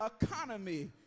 economy